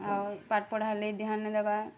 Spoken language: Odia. ଔର୍ ପାଠ୍ ପଢ଼ାର୍ ଲାଗି ଧ୍ୟାନ୍ ନା ଦେବା